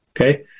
Okay